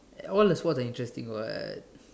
all the four are interesting what